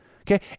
okay